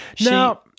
Now